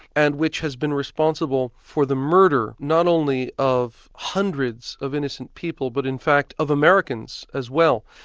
and which has been responsible for the murder not only of hundreds of innocent people, but in fact of americans as well.